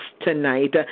tonight